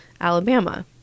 Alabama